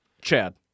Chad